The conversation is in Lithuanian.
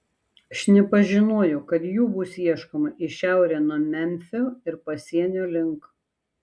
šnipas žinojo kad jų bus ieškoma į šiaurę nuo memfio ir pasienio link